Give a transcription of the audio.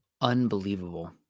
unbelievable